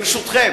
ברשותכם.